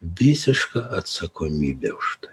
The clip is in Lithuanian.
visiška atsakomybė už tai